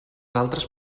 altres